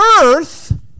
earth